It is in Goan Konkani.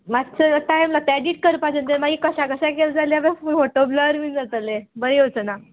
मात्सो टायम लागता एडीट करपाच न्हू ते माई कशा कशे केल जाल्या सगळे फोटो ब्लर बीन जातले बरे येवचोना